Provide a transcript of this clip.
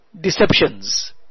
deceptions